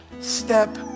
step